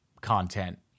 content